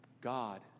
God